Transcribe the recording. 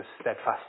steadfast